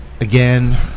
Again